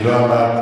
אני לא אמרתי.